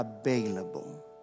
available